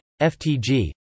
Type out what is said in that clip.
FTG